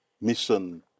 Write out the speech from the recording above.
mission